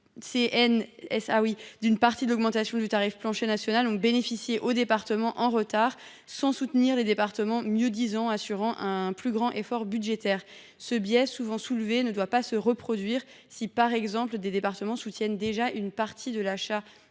d’une partie de l’augmentation du tarif plancher national, ont bénéficié aux départements en retard sans soutenir les départements mieux disants, consentant un plus grand effort tarifaire. Ce biais, souvent soulevé, ne doit pas se reproduire, par exemple pour les départements soutenant déjà l’achat